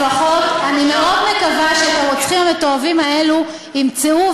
אני מאוד מקווה שאת הרוצחים המתועבים האלה ימצאו,